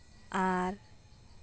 ᱟᱨ